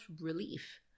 relief